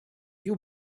you